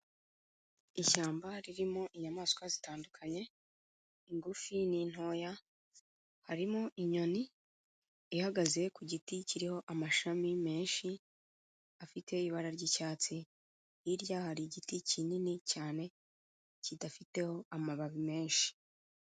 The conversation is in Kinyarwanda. Ishyamba ririmo inyamaswa zitandukanye, ingufi n'intoya, harimo inyoni ihagaze ku giti kiriho amashami menshi, afite ibara ry'icyatsi, hirya hari igiti kinini cyane kidafiteho amababi menshi.